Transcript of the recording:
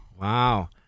Wow